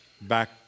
back